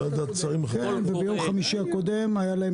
אחרי שהאוצר --- ביום חמישי הקודם היה להם